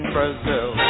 Brazil